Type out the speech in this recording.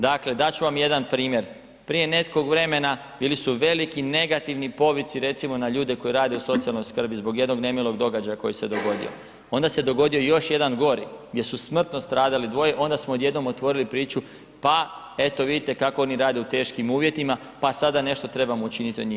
Dakle, dat ću vam jedan primjer prije nekog vremena bili su veliki negativni povici recimo na ljude koji rade u socijalnoj skrbi zbog jednog nemilog događaja koji se dogodio, onda se dogodio još jedan gori, gdje su smrtno stradali dvoje onda smo odjednom otvorili priču, pa eto vidite kako oni rade u teškim uvjetima pa sada nešto trebamo učiniti za njih.